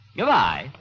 Goodbye